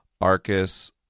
Arcus